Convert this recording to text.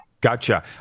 Gotcha